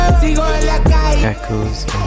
Echoes